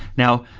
now,